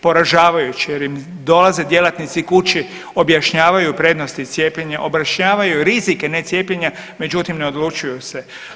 Poražavajuće jer im dolaze djelatnici kući objašnjavaju prednosti cijepljenja, objašnjavaju rizike ne cijepljenja međutim ne odlučuju se.